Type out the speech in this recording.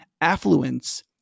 Affluence